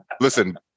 listen